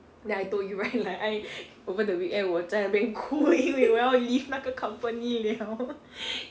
then I told you right like I over the weekend 我在那边哭因为我要 leave 那个 company liao